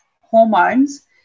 hormones